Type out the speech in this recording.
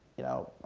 you know